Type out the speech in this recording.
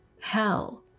hell